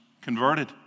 converted